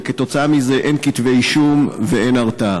וכתוצאה מזה אין כתבי אישום ואין הרתעה.